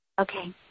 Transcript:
Okay